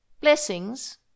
Blessings